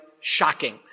shocking